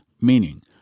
Meaning